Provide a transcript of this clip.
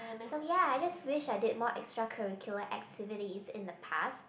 so ya I just wish I did more extra curriculum activities in the past